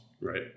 right